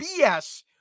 BS